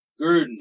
Gruden